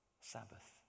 Sabbath